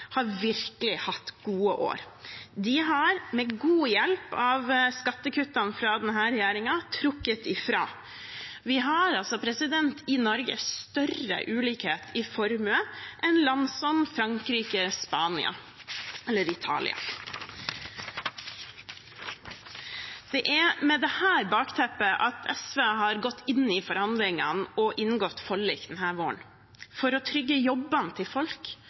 har virkelig hatt gode år. De har, med god hjelp av skattekuttene fra denne regjeringen, trukket ifra. Vi har i Norge større ulikhet i formue enn land som Frankrike, Spania eller Italia. Det er med dette bakteppet at SV har gått inn i forhandlingene og inngått forlik denne våren, for å trygge jobbene til folk,